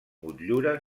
motllura